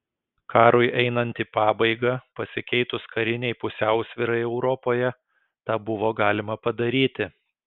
karui einant į pabaigą pasikeitus karinei pusiausvyrai europoje tą buvo galima padaryti